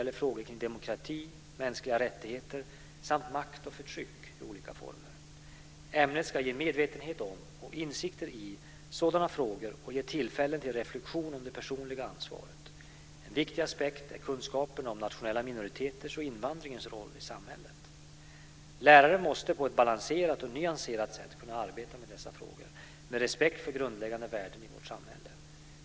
Jag tror att utbildningsministern någonstans upptäckte det misstag man hade begått, att ytterligare en stor grupp barn frikopplas från en stor reform som den om den allmänna förskolan.